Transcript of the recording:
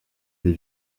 des